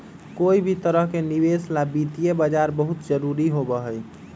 कोई भी तरह के निवेश ला वित्तीय बाजार बहुत जरूरी होबा हई